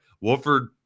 Wolford